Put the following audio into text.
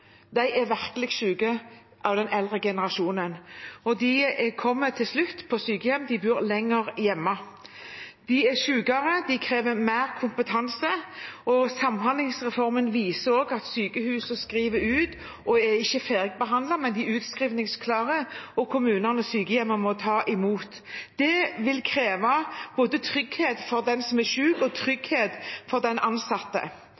de er virkelig syke, de bor lenger hjemme, og de kommer til slutt på sykehjem. De er sykere, og de krever mer kompetanse. Samhandlingsreformen viser at sykehuset skriver ut ikke-ferdigbehandlede, men utskrivningsklare, og kommunene og sykehjemmene må ta imot. Det krever trygghet både for den som er syk, og for den ansatte.